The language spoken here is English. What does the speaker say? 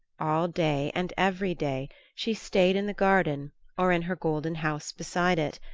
all day and every day she stayed in the garden or in her golden house beside it,